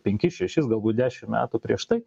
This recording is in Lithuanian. penkis šešis galbūt dešimt metų prieš tai